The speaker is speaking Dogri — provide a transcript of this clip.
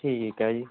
ठीक ऐ जी